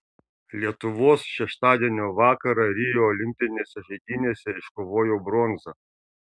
lietuvos šeštadienio vakarą rio olimpinėse žaidynėse iškovojo bronzą